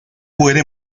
puede